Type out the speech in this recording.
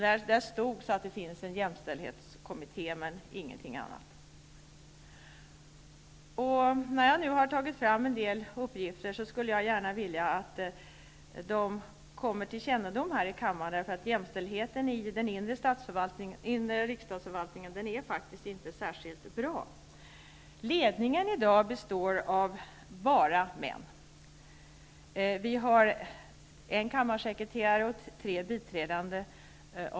Där står också att det finns en jämställdhetskommitté, ingenting annat. Jag har tagit fram en del uppgifter och jag skulle gärna vilja att de kommer till kännedom här i kammaren. Jämställdheten i den inre riksdagsförvaltningen är faktiskt inte särskilt bra. Ledningen består i dag bara av män. Vi har en kammarsekreterare och tre biträdande.